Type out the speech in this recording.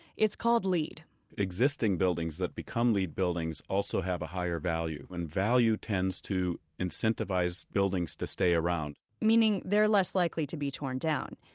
it's called leed existing buildings that become leed buildings also have a higher value, and value tends to incentivize buildings to stay around meaning, they're less likely to be torn down.